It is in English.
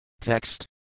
Text